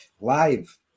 live